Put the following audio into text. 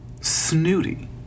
snooty